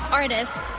artist